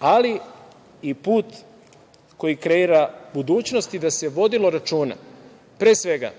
ali i put koji kreira budućnost, i da se vodilo računa pre svega